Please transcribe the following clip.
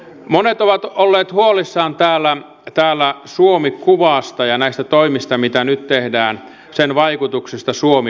monet ovat olleet huolissaan täällä suomi kuvasta ja näiden toimien mitä nyt tehdään vaikutuksista suomi kuvaan